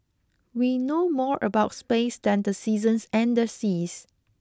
we know more about space than the seasons and the seas